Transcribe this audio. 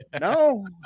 No